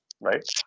right